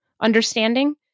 understanding